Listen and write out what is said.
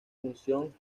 función